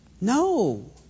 No